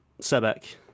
Sebek